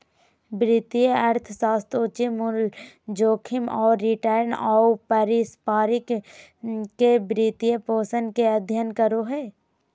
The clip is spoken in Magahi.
वित्तीय अर्थशास्त्र उचित मूल्य, जोखिम आऊ रिटर्न, आऊ परिसम्पत्ति के वित्तपोषण के अध्ययन करो हइ